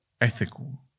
ethical